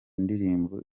ndirimbo